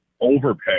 overpay